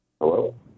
Hello